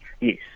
yes